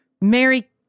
Mary